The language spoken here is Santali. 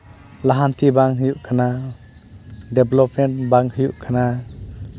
ᱞᱟᱦᱟᱱᱛᱤ ᱵᱟᱝ ᱦᱩᱭᱩᱜ ᱠᱟᱱᱟ ᱰᱮᱵᱷᱞᱚᱯᱢᱮᱱᱴ ᱵᱟᱝ ᱦᱩᱭᱩᱜ ᱠᱟᱱᱟ